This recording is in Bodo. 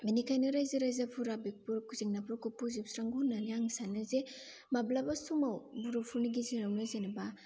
बिनिखायनो रायजो राजाफोरा बेफोर जेंनाफोरखौ फोजोबस्रांनांगौ होननानै आं सानो जे माब्लाबा समाव बर'फोरनि गेजेरावनो जेनोबा